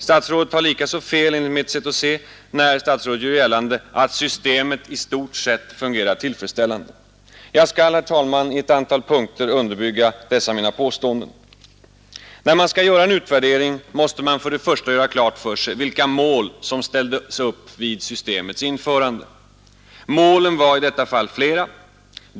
Statsrådet har likaså fel, enligt mitt sätt att se, när han gör gällande att systemet i stort sett fungerar tillfredsställande. Jag skall, herr talman, i ett antal punkter underbygga dessa mina påståenden. När man skall göra en utvärdering måste man för det första göra klart för sig vilka mål som ställdes upp vid systemets införande. Målen var i detta fall flera.